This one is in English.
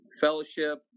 fellowship